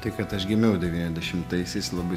tai kad aš gimiau devyniasdešimtaisiais labai